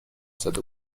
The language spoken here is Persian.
زده